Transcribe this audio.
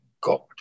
God